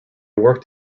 worked